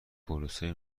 پروسه